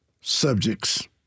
subjects